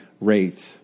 rate